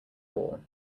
ball